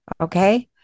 Okay